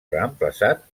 reemplaçat